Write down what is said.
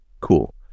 cool